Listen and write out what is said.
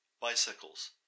bicycles